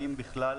האם בכלל